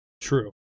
True